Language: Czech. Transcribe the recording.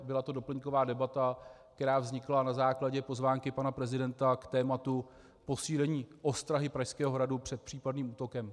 Byla to doplňková debata, která vznikla na základě pozvánky pana prezidenta k tématu posílení ostrahy Pražského hradu před případným útokem.